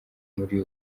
muri